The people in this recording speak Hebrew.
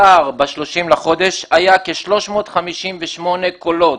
הפער ב-30 בחודש היה כ-358 קולות,